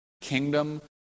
kingdom